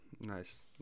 nice